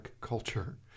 culture